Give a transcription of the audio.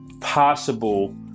possible